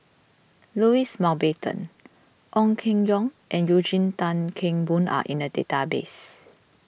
Louis Mountbatten Ong Keng Yong and Eugene Tan Kheng Boon are in the database